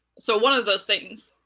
so one of those things.